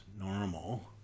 normal